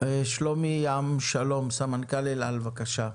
שלומי עם שלום, סמנכ"ל אל על בבקשה.